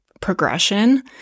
progression